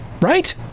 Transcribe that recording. right